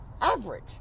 average